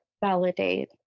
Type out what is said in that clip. validate